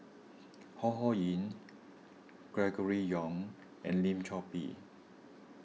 Ho Ho Ying Gregory Yong and Lim Chor Pee